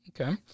Okay